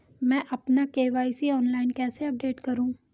मैं अपना KYC online कैसे अपडेट करूँ?